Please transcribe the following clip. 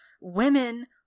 women